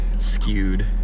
skewed